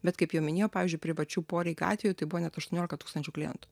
bet kaip jau minėjau pavyzdžiui privačių poreikių atveju tai buvo net aštuoniolika tūkstančių klientų